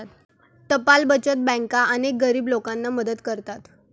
टपाल बचत बँका अनेक गरीब लोकांना मदत करतात